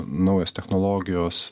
naujos technologijos